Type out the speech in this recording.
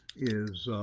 is